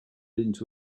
into